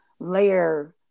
layer